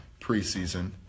preseason